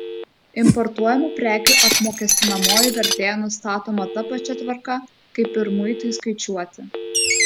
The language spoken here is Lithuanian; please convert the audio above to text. importuojamų prekių apmokestinamoji vertė nustatoma ta pačia tvarka kaip ir muitui skaičiuoti